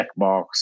checkbox